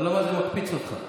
אבל למה זה מקפיץ אותך?